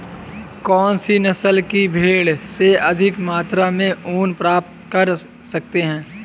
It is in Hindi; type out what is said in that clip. कौनसी नस्ल की भेड़ से अधिक मात्रा में ऊन प्राप्त कर सकते हैं?